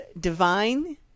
divine